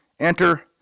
Enter